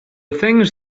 things